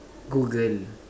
Google